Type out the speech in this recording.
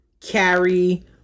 carry